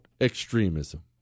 extremism